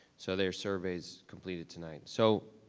so their surveys completed tonight. so